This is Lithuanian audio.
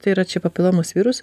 tai yra čia papilomos viruso